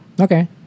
Okay